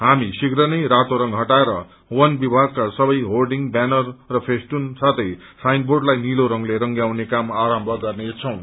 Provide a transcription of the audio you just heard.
हामी शीप्र नै रातो रंग हटाएर बन विभागका सबै होर्डिगं ब्यानर र फेस्टुन साथै साइनबोर्डलाई नीलो रंगले रंगाउने काम आरम्भ गर्नेछौं